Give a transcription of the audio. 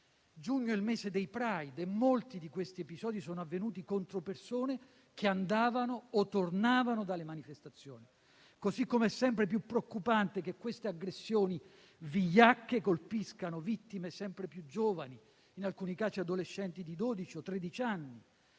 Giugno è il mese dei Pride e molti di questi episodi sono avvenuti contro persone che andavano o tornavano dalle manifestazioni. È inoltre sempre più preoccupante che queste aggressioni vigliacche colpiscano vittime sempre più giovani, in alcuni casi adolescenti di dodici